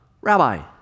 rabbi